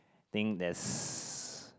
think there's